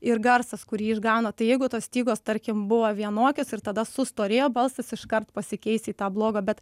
ir garsas kurį išgauna tai jeigu tos stygos tarkim buvo vienokios ir tada sustorėjo balsas iškart pasikeis į tą blogą bet